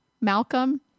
Malcolm